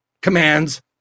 commands